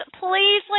please